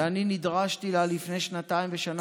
שאני נדרשתי אליה לפני שנתיים ושנה